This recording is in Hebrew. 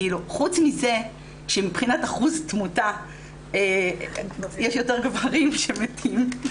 חוץ מזה שמבחינת אחוז תמותה יש יותר גברים שמתים,